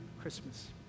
Christmas